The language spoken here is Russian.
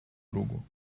другу